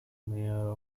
mayor